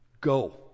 Go